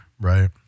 right